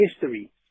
history